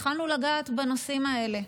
התחלנו לגעת בנושאים האלה.